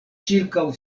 ĉirkaŭ